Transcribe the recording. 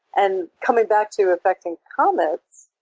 and coming back to effecting comets,